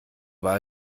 war